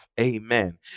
Amen